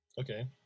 Okay